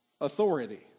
authority